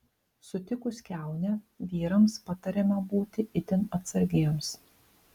sutikus kiaunę vyrams patariama būti itin atsargiems